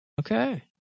Okay